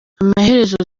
amaherezo